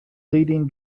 leading